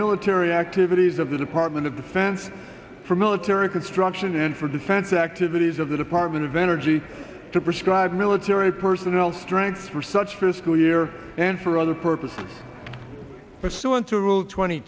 military activities of the department of defense for military construction and for defense activities of the department of energy to prescribe military personnel strengths for such a school year and for other purposes pursuant to rule twenty